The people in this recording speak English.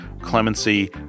clemency